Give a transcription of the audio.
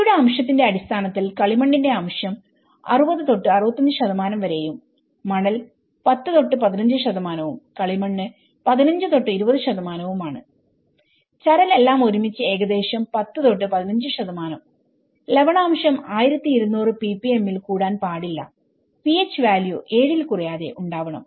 ചെളിയുടെ അംശത്തിന്റെ അടിസ്ഥാനത്തിൽകളിമണ്ണിന്റെ അംശം 60 to 65 മണൽ 10 to 15കളിമണ്ണ് 15 to 20ചരൽ എല്ലാം ഒരുമിച്ച് ഏകദേശം 10 to 15 ലവണാംശം 1200ppm ൽ കൂടാൻ പാടില്ല pH വാല്യൂ 7 ൽ കുറയാതെ ഉണ്ടാവണം